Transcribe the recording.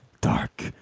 dark